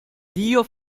dio